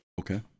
okay